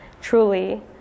truly